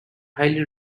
highly